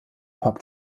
pop